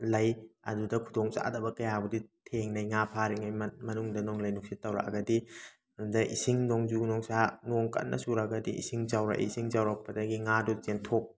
ꯂꯩ ꯑꯗꯨꯗ ꯈꯨꯗꯣꯡ ꯆꯥꯗꯕ ꯀꯌꯥꯕꯨꯗꯤ ꯊꯦꯡꯅꯩ ꯉꯥ ꯐꯥꯔꯤꯉꯩ ꯃꯅꯨꯡꯗ ꯅꯣꯡꯂꯩ ꯅꯨꯡꯁꯤꯠ ꯇꯧꯔꯛꯑꯒꯗꯤ ꯑꯗ ꯏꯁꯤꯡ ꯅꯣꯡꯖꯨ ꯅꯨꯡꯁꯥ ꯅꯣꯡ ꯀꯟꯅ ꯆꯨꯔꯒꯗꯤ ꯏꯁꯤꯡ ꯆꯥꯎꯔꯛꯏ ꯏꯁꯤꯡ ꯆꯥꯎꯔꯛꯄꯗꯒꯤ ꯉꯥꯗꯨ ꯆꯦꯟꯊꯣꯛ